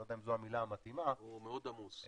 לא יודע אם זו המילה המתאימה --- הוא מאוד עמוס.